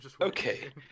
Okay